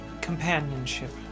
companionship